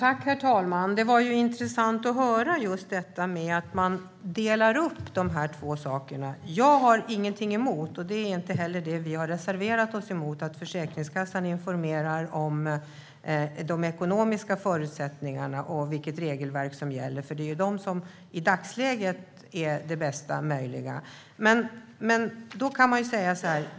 Herr talman! Det var intressant att höra att man delar upp de två sakerna. Jag har ingenting emot och vi har heller inte reserverat oss emot att Försäkringskassan informerar om de ekonomiska förutsättningarna och vilket regelverk som gäller. I dagsläget är detta det bästa möjliga.